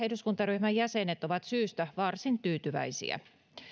eduskuntaryhmän jäsenet ovat syystä varsin tyytyväisiä